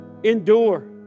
endure